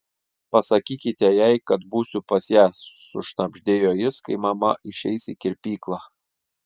pasakykite jai kad būsiu pas ją sušnabždėjo jis kai mama išeis į kirpyklą